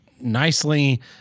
nicely